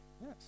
Yes